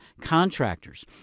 contractors